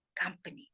company